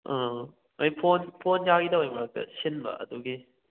ꯑꯩ ꯐꯣꯟ ꯌꯥꯒꯤꯗꯕꯒꯤ ꯃꯔꯛꯇ ꯁꯤꯟꯕ ꯑꯗꯨꯒꯤ